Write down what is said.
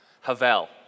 havel